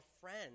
friends